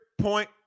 point